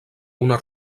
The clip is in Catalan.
una